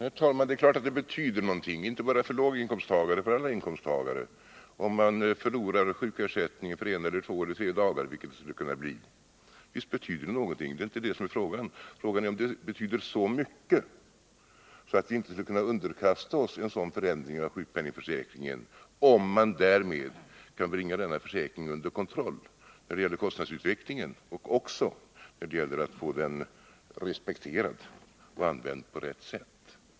Herr talman! Det är klart att det betyder någonting, inte bara för låginkomsttagare utan för alla inkomsttagare, om man förlorar sjukersättningen för en, två eller tre dagar, vilket det skulle kunna bli. Visst betyder det någonting, det är inte det som är frågan. Frågan är om det betyder så mycket att vi inte skulle kunna underkasta oss en sådan förändring av sjukpenningförsäkringen, om man därmed kan bringa denna försäkring under kontroll när det gäller kostnadsutvecklingen och också när det gäller att få den respekterad och använd på rätt sätt.